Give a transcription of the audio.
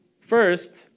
First